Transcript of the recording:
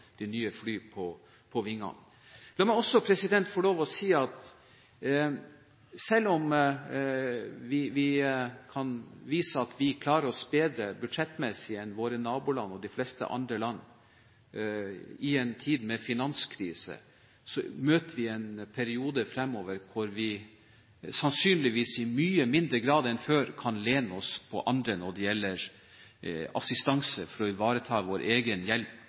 nye fly på vingene. La meg også få lov til å si at selv om vi kan vise at vi klarer oss bedre budsjettmessig enn våre naboland og de fleste andre land i en tid med finanskrise, møter vi en periode fremover hvor vi sannsynligvis i mye mindre grad enn før kan lene oss på andre når det gjelder assistanse for å ivareta vår egen hjelp